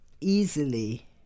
easily